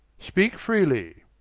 speake freely